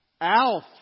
Alf